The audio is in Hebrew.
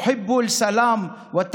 אנחנו אוהבים את השלום והקדמה.